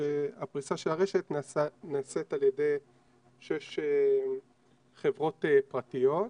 שהפריסה של הרשת נעשית על ידי שש חברות פרטיות.